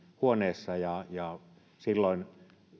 huoneessa ja ja silloin